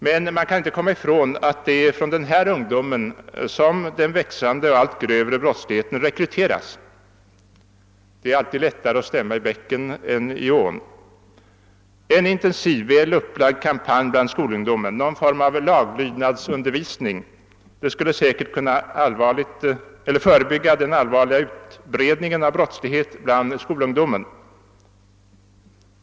Men man kan inte komma ifrån att det är från denna ungdom som den växande och allt grövre brottsligheten rekryteras. Det är alltid lättare att stämma i bäcken än i ån. En intensiv och väl upplagd kampanj bland skolungdomen — någon form av laglydnadsundervisning — skulle säkerligen kunna förebygga den allvarliga utbredningen av brottslighet bland skolungdomen.